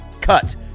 cut